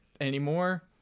anymore